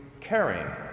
caring